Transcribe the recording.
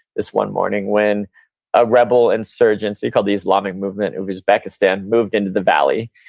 this one morning when a rebel insurgency called the islamic movement, it was uzbekistan, moved into the valley.